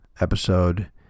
episode